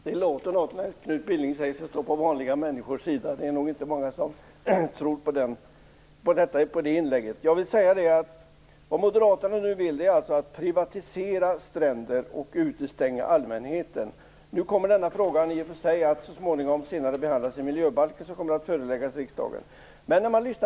Herr talman! Det låter något när Knut Billing säger att han står på vanliga människors sida. Det är nog inte många som tror på det. Moderaterna vill alltså privatisera stränder och utestänga allmänheten. Nu kommer denna fråga att så småningom behandlas i samband med förslaget om miljöbalken som kommer att föreläggas riksdagen.